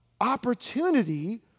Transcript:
Opportunity